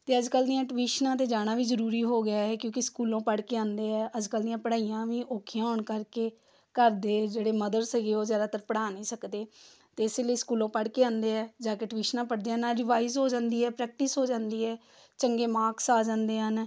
ਅਤੇ ਅੱਜ ਕੱਲ੍ਹ ਦੀਆਂ ਟਿਊਸ਼ਨਾਂ 'ਤੇ ਜਾਣਾ ਵੀ ਜ਼ਰੂਰੀ ਹੋ ਗਿਆ ਹੈ ਕਿਉਂਕਿ ਸਕੂਲੋਂ ਪੜ੍ਹ ਕੇ ਆਉਂਦੇ ਹੈ ਅੱਜ ਕੱਲ੍ਹ ਦੀਆਂ ਪੜ੍ਹਾਈਆਂ ਵੀ ਔਖੀਆਂ ਹੋਣ ਕਰਕੇ ਘਰ ਦੇ ਜਿਹੜੇ ਮਦਰ ਸੀਗੇ ਉਹ ਜ਼ਿਆਦਾਤਰ ਪੜ੍ਹਾ ਨਹੀਂ ਸਕਦੇ ਅਤੇ ਇਸੇ ਲਈ ਸਕੂਲੋਂ ਪੜ੍ਹ ਕੇ ਆਉਂਦੇ ਹੈ ਜਾ ਕੇ ਟਿਊਸ਼ਨਾਂ ਪੜ੍ਹਦੇ ਆ ਨਾਲ ਰਿਵਾਈਜ਼ ਹੋ ਜਾਂਦੀ ਹੈ ਪ੍ਰੈਕਟਿਸ ਹੋ ਜਾਂਦੀ ਹੈ ਚੰਗੇ ਮਾਰਕਸ ਆ ਜਾਂਦੇ ਹਨ